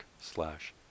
slash